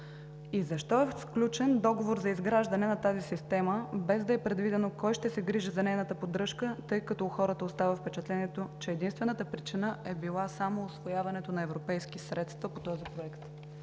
Защо е сключен договор за изграждане на тази система, без да е предвидено кой ще се грижи за нейната поддръжка, тъй като у хората остава впечатлението, че единствената причина е била само усвояването на европейски средства по този проект?